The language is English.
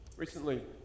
Recently